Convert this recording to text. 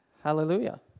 Hallelujah